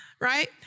Right